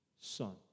son